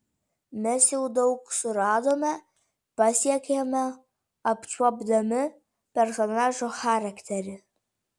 mes jau daug suradome pasiekėme apčiuopdami personažo charakterį